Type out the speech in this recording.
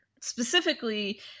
specifically